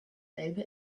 elbe